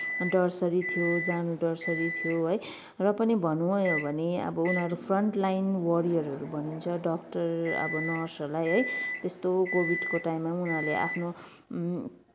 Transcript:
डरसरी थियो जानु डरसरी थियो है र पनि भन्नु नै हो भने उनीहरू फ्रन्टलाइन वरियरहरू भनिन्छ डाक्टर अब नर्सहरूलाई है त्यस्तो कोभिडको टाइममा पनि उनीहरूले आफ्नो